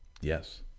Yes